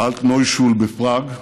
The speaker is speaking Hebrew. אלטנוישול בפראג,